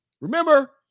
Remember